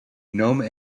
gnome